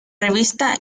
revista